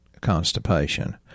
constipation